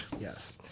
Yes